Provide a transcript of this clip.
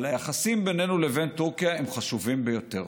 אבל היחסים בינינו לבין טורקיה הם חשובים ביותר.